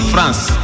France